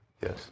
Yes